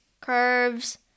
curves